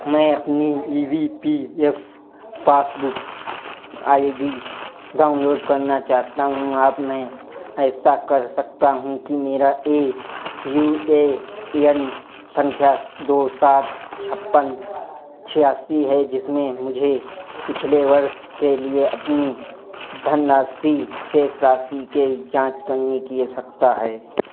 मैं अपनी E V P F passbook I D download करना चाहता हूँ आप मैं ऐसा कर सकता हूँ कि मेरा ए यू ए एन सँख्या दो सात छप्पन छियासी है जिसमें मुझे पिछले वर्ष के लिए अपनी धनराशि शेष राशि की जाँच करने की आवश्यकता है